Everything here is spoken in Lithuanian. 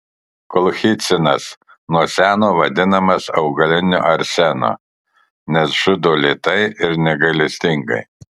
kolchicinas nuo seno vadinamas augaliniu arsenu nes žudo lėtai ir negailestingai